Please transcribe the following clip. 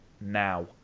now